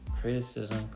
Criticism